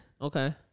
Okay